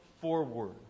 forward